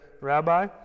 Rabbi